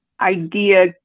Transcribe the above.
idea